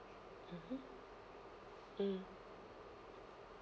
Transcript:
mmhmm mm